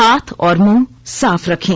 हाथ और मुंह साफ रखें